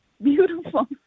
beautiful